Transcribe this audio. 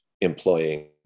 employing